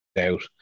out